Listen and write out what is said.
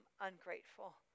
ungrateful